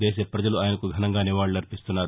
దేశ వజలు ఆయనకు ఘనంగా నివాళులు అర్పిస్తున్నారు